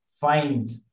find